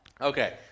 Okay